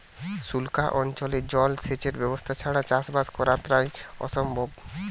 সুক্লা অঞ্চলে জল সেচের ব্যবস্থা ছাড়া চাষবাস করা প্রায় অসম্ভব